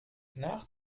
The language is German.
nach